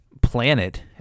planet